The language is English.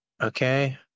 Okay